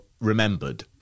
remembered